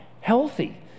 healthy